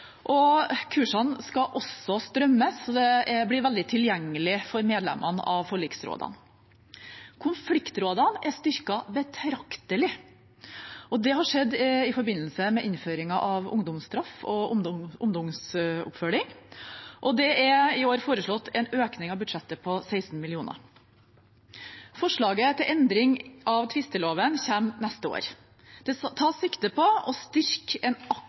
blir veldig tilgjengelig for medlemmene av forliksrådene. Konfliktrådene er styrket betraktelig. Det har skjedd i forbindelse med innføringen av ungdomsstraff og ungdomsoppfølging, og det er i år foreslått en økning i budsjettet på 16 mill. kr. Forslaget til endring av tvisteloven kommer neste år. Det tas sikte på å styrke en